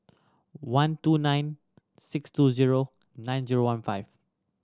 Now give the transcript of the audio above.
one two nine six two zero nine zero one five